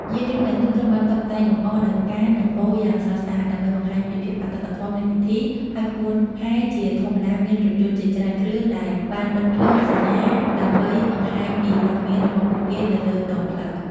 យានយន្តទាំងនោះត្រូវបានតុបតែងលម្អដោយផ្កា និងបូយ៉ាងស្រស់ស្អាតដើម្បីបង្ហាញពីភាពអធិកអធមនៃពិធី ហើយក្បួនហែរជាធម្មតាមានរថយន្តជាច្រើនគ្រឿងដែលបានបិទភ្លើងសញ្ញាដើម្បីបង្ហាញពីវត្តមានរបស់ពួកគេនៅលើដងផ្លូវ។